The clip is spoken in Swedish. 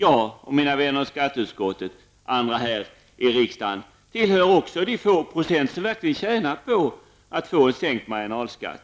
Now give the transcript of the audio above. Jag och mina vänner i skatteutskottet tillhör också de få procent som verkligen tjänar på att få en sänkt marginalskatt,